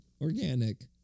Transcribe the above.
organic